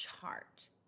chart